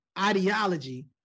ideology